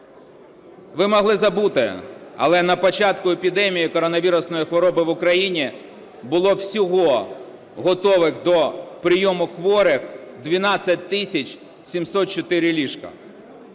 Ви могли забути, але на початку епідемії коронавірусної хвороби в Україні було всього готових до прийому хворих 12 тисяч 704 ліжка.